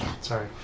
Sorry